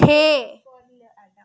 छे